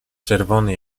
czerwony